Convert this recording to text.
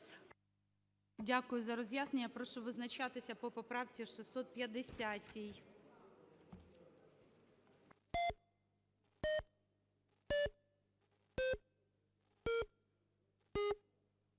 Дякую за роз'яснення. Я прошу визначатися по поправці 650.